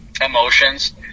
emotions